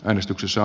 äänestyksessä